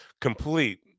complete